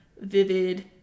vivid